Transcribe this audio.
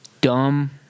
Dumb